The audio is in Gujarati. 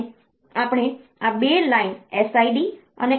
અને આપણે આ આ 2 લાઈન SID અને SOD મળ્યું છે